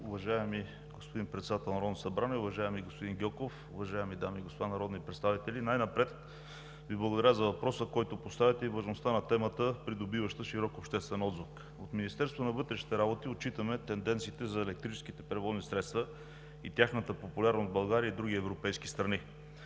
Уважаеми господин Председател на Народното събрание, уважаеми господин Гьоков, уважаеми дами и господа народни представители! Най-напред Ви благодаря за въпроса, който поставяте, и важността на темата, придобиваща широк обществен отзвук. От Министерството на вътрешните работи отчитаме тенденциите за електрическите превозни средства и тяхната популярност в България и други европейски страни.